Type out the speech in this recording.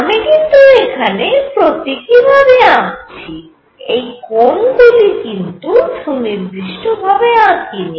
আমি কিন্তু এখানে প্রতীকীভাবে আঁকছি এই কোণগুলি কিন্তু সুনির্দিষ্ট ভাবে আঁকিনি